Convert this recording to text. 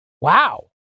Wow